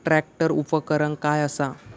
Tractor उपकरण काय असा?